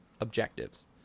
objectives